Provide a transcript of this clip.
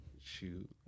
Shoot